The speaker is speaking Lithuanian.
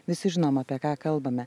visi žinom apie ką kalbame